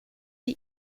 die